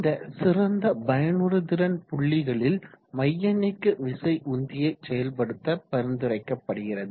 இந்த சிறந்த பயனுறுதிறன் புள்ளிகளில் மையநீக்கவிசை உந்தியை செயல்படுத்த பரிந்துரைக்கப்படுகிறது